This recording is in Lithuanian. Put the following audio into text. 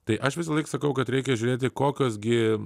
tai aš visąlaik sakau kad reikia žiūrėti kokios gi